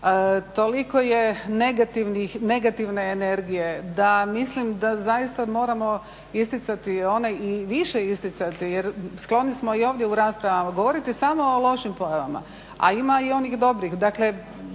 toliko je negativne energije da mislim da zaista moramo isticati one i više isticati jer skloni smo ovdje u raspravama govoriti samo o lošim pojavama, a ima i onih dobrih.